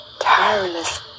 tireless